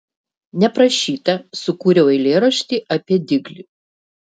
neprašyta sukūriau eilėraštį apie diglį